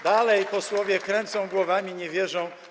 Dalej posłowie kręcą głowami, nie wierzą.